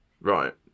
right